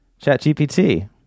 ChatGPT